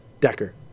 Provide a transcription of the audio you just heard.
Decker